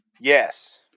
Yes